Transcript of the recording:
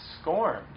scorned